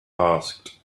asked